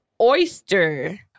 oyster